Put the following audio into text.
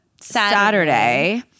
Saturday